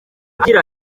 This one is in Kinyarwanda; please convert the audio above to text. agira